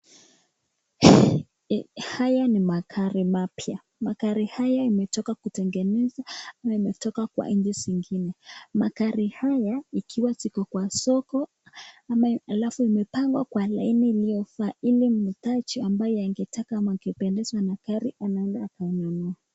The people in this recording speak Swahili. Haya ni magari mapya magari haya imetoka kutengenezwa na imetoka kwa nchi zingine, magari haya zikiwa ziko kwa soko alafu imepangwa kwa laini iliyofaa ilimuitaji ambaye angetaka ama akipendweza na gari anaenda kununua